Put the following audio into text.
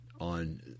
on